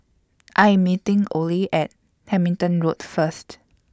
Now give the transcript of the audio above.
I Am meeting Ole At Hamilton Road First